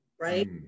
right